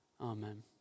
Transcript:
Amen